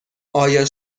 آیا